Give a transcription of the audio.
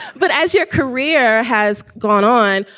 but as your career has gone on,